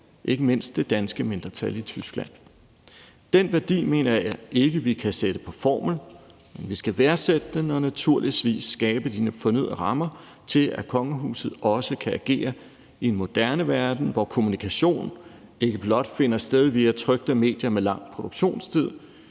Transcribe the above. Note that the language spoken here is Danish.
ikke mindst det danske mindretal i Tyskland. Den værdi mener jeg ikke vi kan sætte på formel, men vi skal værdsætte den og naturligvis skabe de fornødne rammer for, at kongehuset også kan agere i en moderne verden, hvor kommunikation ikke blot finder sted via trykte medier med lang produktionstid,